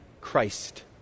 Christ